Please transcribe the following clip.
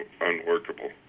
unworkable